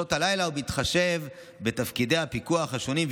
ובשעות לילה ובהתחשב בתפקידי הפיקוח השונים,